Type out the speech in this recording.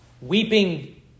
Weeping